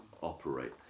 operate